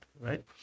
right